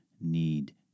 need